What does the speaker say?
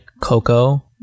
Coco